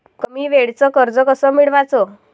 कमी वेळचं कर्ज कस मिळवाचं?